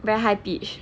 very high pitch